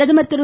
பிரதமர் திரு